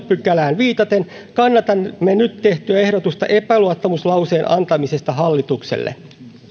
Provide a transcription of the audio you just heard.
pykälään viitaten kannatamme nyt tehtyä ehdotusta epäluottamuslauseen antamisesta hallitukselle